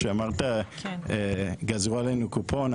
כשאמרת "גזרו עלינו קופון",